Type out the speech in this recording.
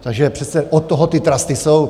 Takže přece od toho ty trusty jsou.